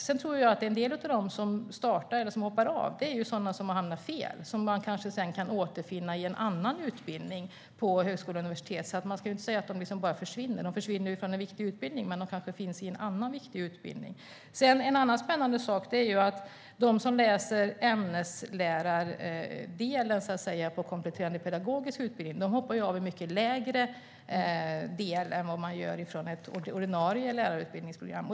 Jag tror att en del av dem som hoppar av är sådana som har hamnat fel som sedan återfinns i en annan utbildning på högskolor och universitet. Man ska inte säga att de bara försvinner. De försvinner från en viktig utbildning, men de kanske finns i en annan viktig utbildning. En annan spännande sak är att de som läser ämneslärardelen på kompletterande pedagogisk utbildning hoppar av i lägre grad än vad de gör som läser ordinarie lärarutbildningsprogram.